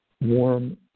warm